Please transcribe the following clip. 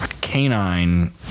canine